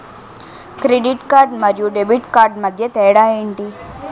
Credit card మరియు debit card మధ్య తేడా ఎంటి?